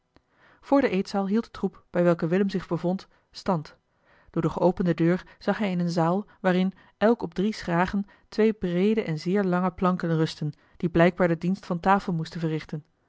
voor de eetzaal hield de troep bij welken willem zich bevond stand door de geopende deur zag hij in eene zaal waarin elk op drie schragen twee breede en zeer lange planken rustten die blijkbaar den dienst van tafel moesten verrichten